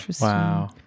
Wow